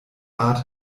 art